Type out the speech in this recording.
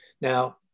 Now